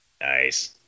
Nice